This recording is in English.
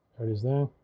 there it is there,